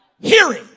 Hearing